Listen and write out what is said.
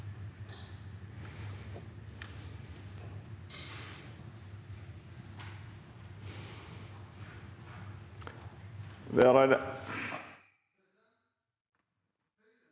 De er allerede